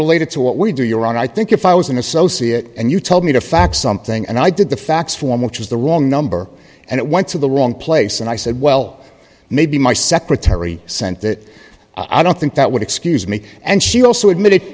related to what we do your on i think if i was an associate and you told me to fax something and i did the fax form which was the wrong number and it went to the wrong place and i said well maybe my secretary sent that i don't think that would excuse me and she also admitted